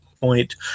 point